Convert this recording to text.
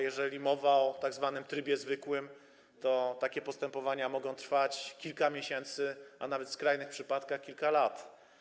Jeżeli mowa o tzw. trybie zwykłym, to takie postępowania mogą trwać kilka miesięcy, a nawet w skrajnych przypadkach kilka lat.